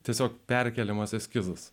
tiesiog perkėlimas eskizus